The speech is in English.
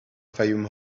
fayoum